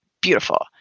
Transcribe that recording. beautiful